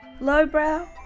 Lowbrow